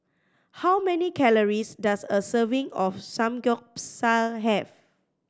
how many calories does a serving of Samgyeopsal have